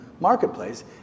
Marketplace